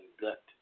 gut